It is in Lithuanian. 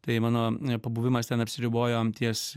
tai mano pabuvimas ten apsiribojo ties